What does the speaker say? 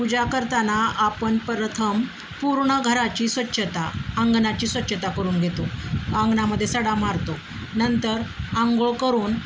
पूजा करताना आपण प्रथम पूर्ण घराची स्वच्छता अंगणाची स्वच्छता करून घेतो अंगणामध्ये सडा मारतो नंतर आंघोळ करून